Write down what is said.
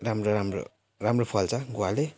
राम्रो राम्रो राम्रो फल्छ गुवाले